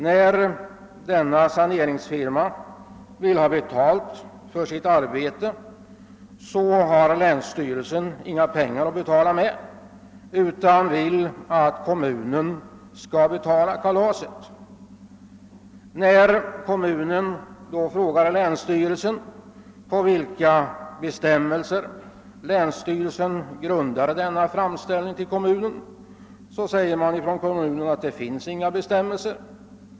När saneringsfirman vill ha betalt för sitt arbete har länsstyrelsen inga pengar för ändamålet utan vill att kommunen skall betala kalaset. På kommunens fråga, vilka bestämmelser som ligger till grund för denna framställning, svarar länsstyrelsen att det inte finns några bestämmelser.